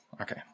okay